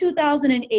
2008